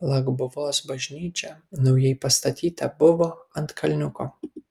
labguvos bažnyčia naujai pastatyta buvo ant kalniuko